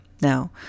Now